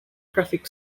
traffic